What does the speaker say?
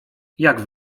jak